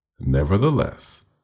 Nevertheless